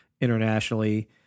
internationally